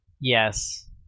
Yes